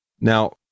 Now